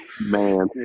man